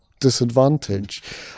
disadvantage